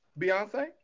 Beyonce